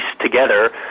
together